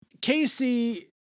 Casey